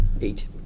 Eight